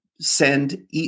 send